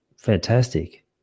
fantastic